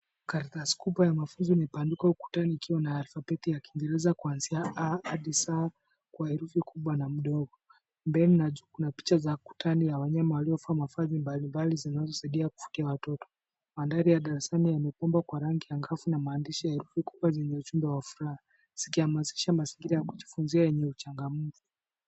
Karatasi kubwa imebandikwa ukutani ikiwa na alfabeti za Kingereza kuanzia A hadi Z kwa herufi kubwa na ndogo. Mbele na juu kuna picha za ukutani wanyama mbalimbali wanaosaidia kuvutia watoto. Mandhari ya darasani yamepambambwa kwa rangi angavu na maandishi yenye herufi makubwa zenye ujumbe wa furaha zikiashiria mazingira yenye upendo na uchangamfu.